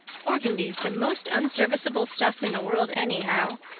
organdy's the most unserviceable stuff in the world anyhow,